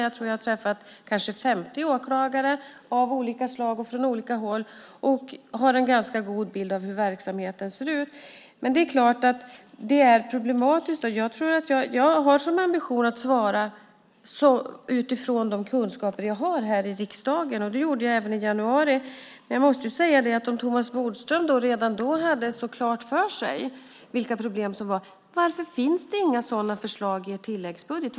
Jag tror att jag kanske har träffat 50 åklagare av olika slag från olika håll, och jag har en ganska god bild av hur verksamheten ser ut. Men det är klart att det är problematiskt. Jag har som ambition att svara utifrån de kunskaper jag har, här i riksdagen. Det gjorde jag även i januari. Men om Thomas Bodström redan då hade klart för sig vilka problem det var undrar jag: Varför finns det inga sådana förslag i er tilläggsbudget?